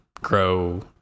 grow